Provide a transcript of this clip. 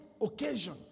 occasion